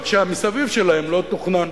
רק שהמסביב שלהן לא תוכנן.